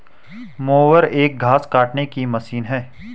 mower एक घास काटने की मशीन है